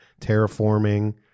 terraforming